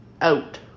out